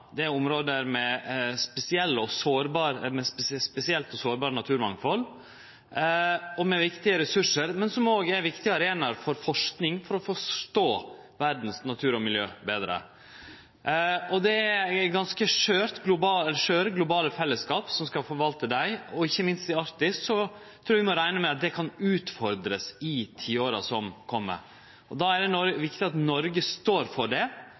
område for å regulere klimaet. Dette er område med eit spesielt og sårbart naturmangfald og med viktige ressursar, men òg viktige arenaer for forsking for å forstå verdas natur og miljø betre. Det er ganske skjøre globale fellesskap som skal forvalte desse områda, og ikkje minst i Arktis trur eg vi må rekne med at dette kan verte utfordra i tiåra som kjem. Då er det viktig at Noreg står for det og best mulig jobbar for internasjonalt å avtalefeste ei einigheit om å få det